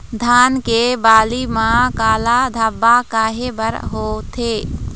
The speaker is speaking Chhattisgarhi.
धान के बाली म काला धब्बा काहे बर होवथे?